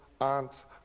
aunts